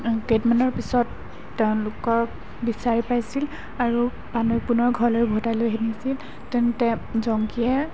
কেইদিনমানৰ পিছত তেওঁলোকক বিচাৰি পাইছিল আৰু পানৈ পুনৰ ঘৰলৈ ওভতাই লৈ আনিছিল তেনেতে জংকীয়ে